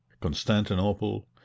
Constantinople